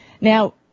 Now